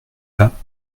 pas